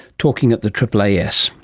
talking at the aaas.